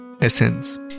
essence